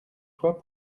toi